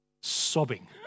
Sobbing